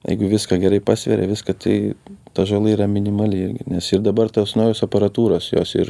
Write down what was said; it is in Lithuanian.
jeigu viską gerai pasveria viską tai ta žala yra minimali nes ir dabar tos naujos aparatūros jos ir